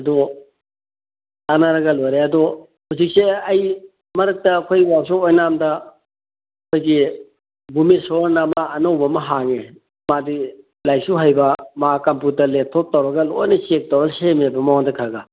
ꯑꯗꯣ ꯇꯥꯟꯅꯔꯒ ꯂꯣꯏꯔꯦ ꯑꯗꯨ ꯍꯧꯖꯤꯛꯁꯦ ꯑꯩ ꯃꯔꯛꯇ ꯑꯩꯈꯣꯏ ꯋꯥꯛꯁꯣꯞ ꯑꯣꯏꯅꯥꯝꯗ ꯑꯩꯈꯣꯏꯒꯤ ꯕꯨꯃꯦꯁꯣꯔꯅ ꯑꯃ ꯑꯅꯧꯕ ꯑꯃ ꯍꯥꯡꯉꯦ ꯃꯥꯗꯤ ꯂꯥꯏꯔꯤꯛꯁꯨ ꯍꯩꯕ ꯃꯥ ꯀꯝꯄꯨꯇꯔ ꯂꯦꯞꯇꯣꯞ ꯇꯧꯔꯒ ꯂꯣꯏꯅ ꯆꯦꯛ ꯇꯧꯔ ꯁꯦꯝꯃꯦꯕ ꯃꯉꯣꯟꯗ ꯈꯔ ꯈꯔ